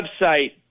website